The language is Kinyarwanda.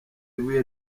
ibuye